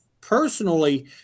personally